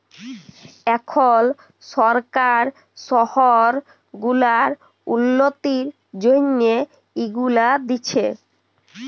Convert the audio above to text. এখল সরকার শহর গুলার উল্ল্যতির জ্যনহে ইগুলা দিছে